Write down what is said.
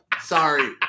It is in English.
sorry